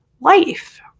life